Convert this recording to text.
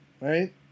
right